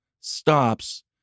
stops